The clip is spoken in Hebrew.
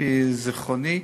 לפי זיכרוני,